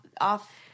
off